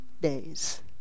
days